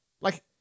Like-